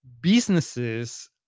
businesses